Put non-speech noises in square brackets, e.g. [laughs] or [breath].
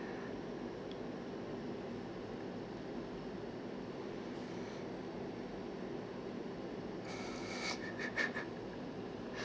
[breath] [laughs]